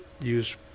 use